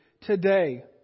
today